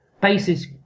basis